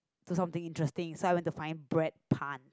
do something interesting so I went to find bread puns